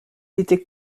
était